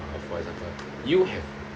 of for example you have